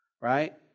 Right